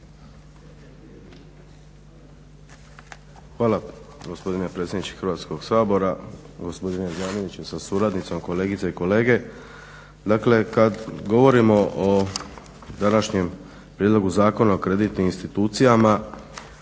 Hvala gospodine predsjedniče Hrvatskog sabora. Gospodine zamjeniče sa suradnicom, kolegice i kolege. Dakle kada govorimo o današnjem Prijedlogu Zakona o kreditnim institucijama